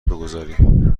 بگذاریم